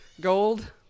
Gold